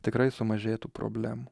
tikrai sumažėtų problemų